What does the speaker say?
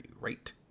right